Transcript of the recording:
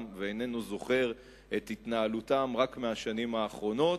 ואיננו זוכר את התנהלותם רק מהשנים האחרונות.